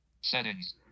settings